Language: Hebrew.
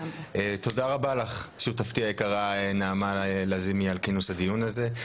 תודה רבה לך שותפתי היקרה נעמה לזימי על כינוס הדיון הזה.